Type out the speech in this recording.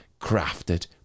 crafted